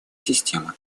системы